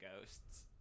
ghosts